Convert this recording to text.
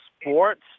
sports